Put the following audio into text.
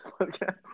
podcast